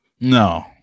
No